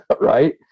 right